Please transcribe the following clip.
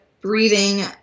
breathing